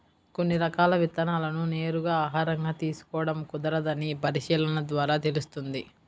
కొన్ని రకాల విత్తనాలను నేరుగా ఆహారంగా తీసుకోడం కుదరదని పరిశీలన ద్వారా తెలుస్తుంది